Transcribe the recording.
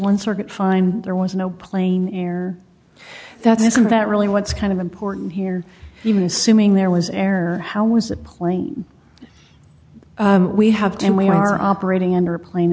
one circuit find there was no plane air that isn't that really what's kind of important here even assuming there was air how was a plane we have been we are operating under a plane